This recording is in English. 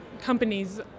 companies